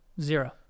zero